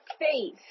face